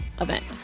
event